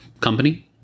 company